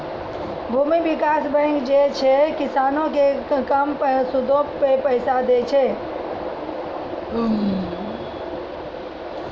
भूमि विकास बैंक जे छै, किसानो के कम सूदो पे पैसा दै छे